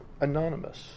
anonymous